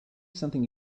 something